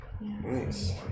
Nice